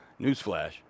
Newsflash